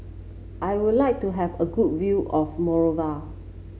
I would like to have a good view of Monrovia